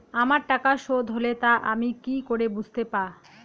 আমার টাকা শোধ হলে তা আমি কি করে বুঝতে পা?